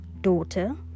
daughter